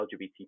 LGBT